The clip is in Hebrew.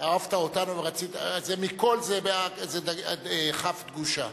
אהבת אותנו ורצית" "מכּל" זה כ"ף דגושה.